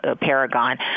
Paragon